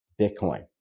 Bitcoin